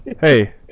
Hey